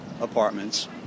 Apartments